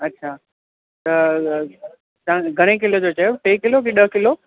अच्छा त तव्हां घणे किले जो चयो टे किलो की ॾह किलो